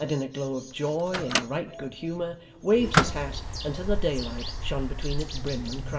and in a glow of joy and right good-humour, waved his hat until the daylight shone between its brim and crown.